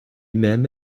même